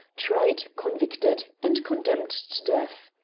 tried, convicted, and condemned to death.